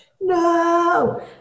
No